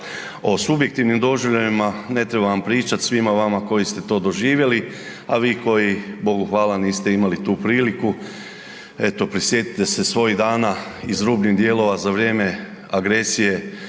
O subjektivnim doživljajima ne trebam pričati svima vama koji ste to doživjeli, a vi koji Bogu hvala niste imali tu priliku eto prisjetite se svojih dana iz rubnih dijelova za vrijeme agresije